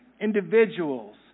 individuals